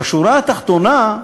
בשורה התחתונה,